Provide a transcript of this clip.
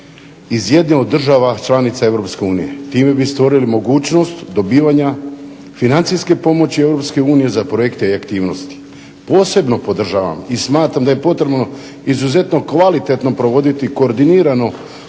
iz jedne od država članica Europske unije. Time bi stvorili mogućnost dobivanja financijske pomoći Europske unije za projekte i aktivnosti. Posebno podržavam i smatram da je potrebno izuzetno kvalitetno provoditi koordinirano